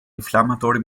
inflammatory